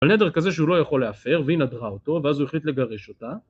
על נדר כזה שהוא לא יכול להפר, והיא נדרה אותו, ואז הוא החליט לגרש אותה